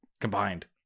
combined